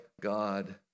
God